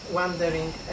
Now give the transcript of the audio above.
wondering